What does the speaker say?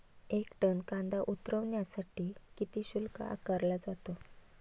एक टन कांदा उतरवण्यासाठी किती शुल्क आकारला जातो?